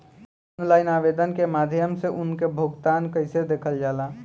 Online आवेदन के माध्यम से उनके भुगतान कैसे देखल जाला?